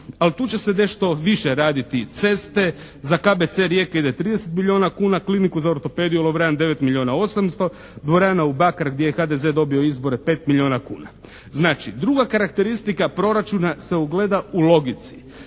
ali tu će se nešto više raditi ceste, za KBC Rijeke ide 30 milijuna kuna, Kliniku za ortopediju "Lovran" 9 milijuna 800, dvorana u Bakar gdje je HDZ dobio izbore 5 milijuna kuna. Znači, druga karakteristika proračuna se ogleda u logici